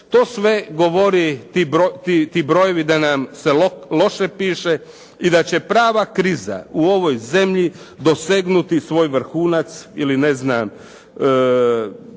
To sve govori, ti brojevi, da nam se loše piše i da će prava kriza u ovoj zemlji dosegnuti svoj vrhunac ili ne znam